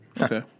Okay